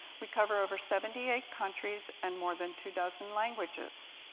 we cover over seventy eight countries and more than two dozen languages.